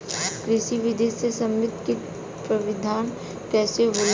कृषि विधि से समन्वित कीट प्रबंधन कइसे होला?